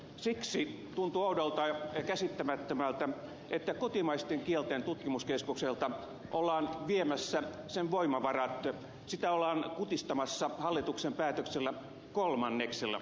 siksi tuntuu oudolta ja käsittämättömältä että kotimaisten kielten tutkimuskeskukselta ollaan viemässä sen voimavarat sitä ollaan kutistamassa hallituksen päätöksellä kolmanneksella